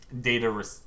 data